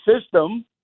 system